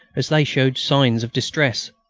as they showed signs of distress.